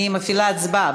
אני מפעילה הצבעה,